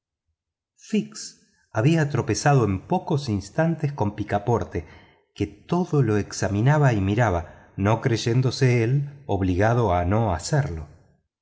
había tropezado en pocos instantes con picaporte que todo lo examinaba y miraba no creyéndose obligado a no hacerlo